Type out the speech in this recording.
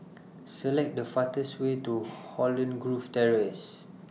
Select The fastest Way to Holland Grove Terrace